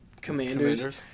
Commanders